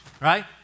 right